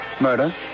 Murder